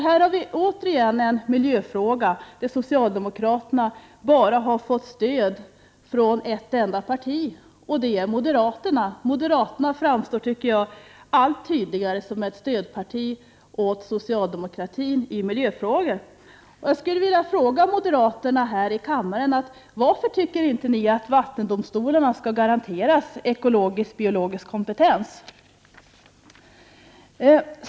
Vi har här återigen en miljöfråga i vilken socialdemokraterna bara har fått stöd från ett enda parti, nämligen moderata samlingspartiet. Moderata samlingspartiet framstår allt tydligare som ett stödparti åt socialdemokraterna i miljöfrågor. Jag skulle vilja fråga moderaterna i denna kammare: Varför tycker inte ni att vattendomstolarna skall garanteras ekologisk-biologisk kompetens?